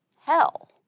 Hell